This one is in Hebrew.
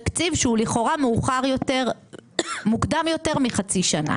תקציב שהוא לכאורה מוקדם יותר מחצי שנה.